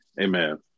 Amen